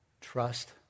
Trust